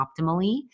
optimally